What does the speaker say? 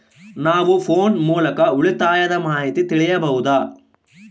ನಾವು ಫೋನ್ ಮೂಲಕ ಉಳಿತಾಯದ ಮಾಹಿತಿ ತಿಳಿಯಬಹುದಾ?